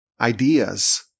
ideas